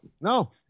no